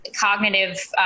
cognitive